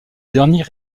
dernier